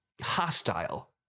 hostile